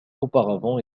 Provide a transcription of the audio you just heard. auparavant